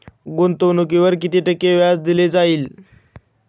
गुंतवणुकीवर किती टक्के व्याज दिले जाईल?